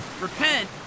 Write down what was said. repent